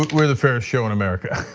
look, we're the fairest show in america.